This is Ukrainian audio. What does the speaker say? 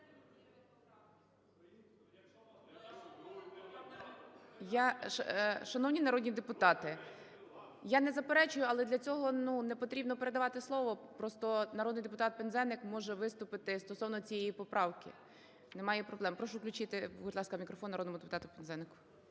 Шановні народні депутати, я не заперечую, але для цього не потрібно передавати слово. Просто народний депутат Пинзеник може виступити стосовно цієї поправки, немає проблем. Прошу включити, будь ласка, мікрофон народному депутату Пинзенику.